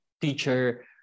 teacher